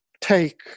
take